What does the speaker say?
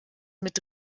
mit